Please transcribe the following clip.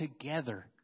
together